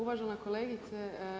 Uvažena kolegice.